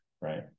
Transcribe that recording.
right